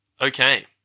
Okay